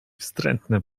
wstrętne